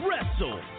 Wrestle